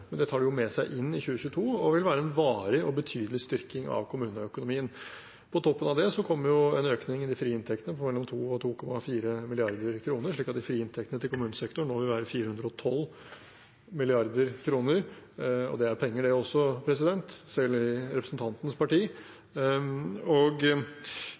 men det tar de jo med seg inn i 2022, og det vil være en varig og betydelig styrking av kommuneøkonomien. På toppen av det kommer en økning i de frie inntektene på mellom 2 mrd. kr og 2,4 mrd. kr, slik at de frie inntektene til kommunesektoren nå vil være 412 mrd. kr. Det er penger, det også – selv i representantens parti.